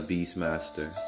Beastmaster